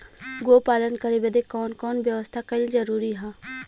गोपालन करे बदे कवन कवन व्यवस्था कइल जरूरी ह?